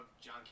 John